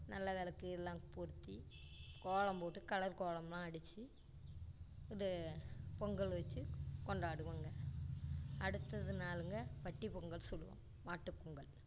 நல்ல விளக்கு எல்லாம் பொருத்தி கோலம் போட்டு கலர் கோலம்லாம் அடிச்சு இது பொங்கல் வச்சு கொண்டாடுவோங்க அடுத்தது நாளுங்க பட்டிப் பொங்கல்னு சொல்லுவோம் மாட்டுப் பொங்கல்